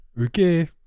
Okay